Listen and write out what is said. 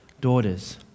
daughters